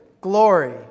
glory